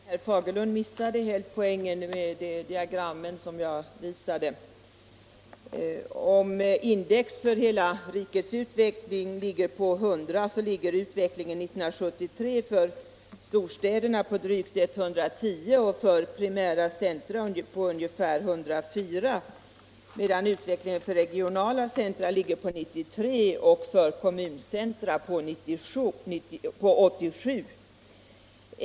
Fru talman! Herr Fagerlund missade helt poängen med det diagram jag visade. Om index för hela rikets utveckling ligger på 100, ligger index 1973 för storstäderna på drygt 110 och för primära centra på ungefär 104. För regionala centra ligger det på 93 och för kommuncentra på 87.